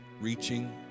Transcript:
reaching